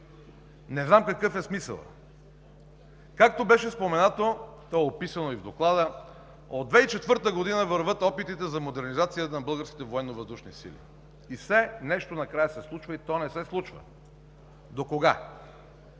Не знам какъв е смисълът. Както беше споменато, то е описано и в Доклада, от 2004 г. вървят опитите за модернизация на българските ВВС и все нещо накрая се случва и то не се случва. Докога?